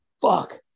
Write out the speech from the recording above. fuck